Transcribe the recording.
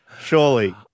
Surely